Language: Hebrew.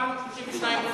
432 כפרים.